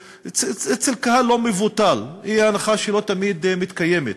אצל קהל לא מבוטל היא הנחה שלא תמיד מתקיימת.